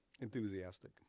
Enthusiastic